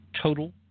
total